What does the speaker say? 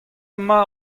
emañ